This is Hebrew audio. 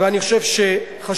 אני חושב שחשוב